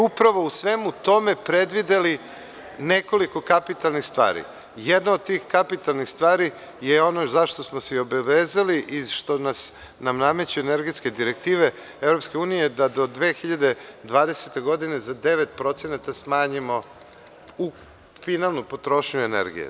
Upravo smo u svemu tome predvideli nekoliko kapitalnih stvari, a jedna od tih kapitalnih stvari je ono za šta smo se obavezali, što nam nameće energetske direktive EU da do 2020. godine za 9% smanjimo finalnu potrošnju energije.